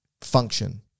function